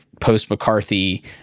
post-McCarthy